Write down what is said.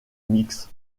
mixe